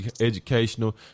educational